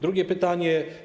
Drugie pytanie.